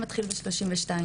השכר אצלינו מתחיל ב-32 ₪.